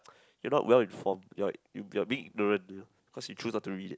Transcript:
you're not well informed you're you're being ignorant you know cause you chose not to read